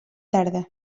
tarda